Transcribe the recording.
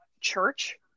church